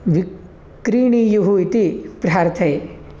विक्रीणियुः इति प्रार्थये